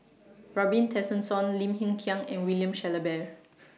Robin Tessensohn Lim Hng Kiang and William Shellabear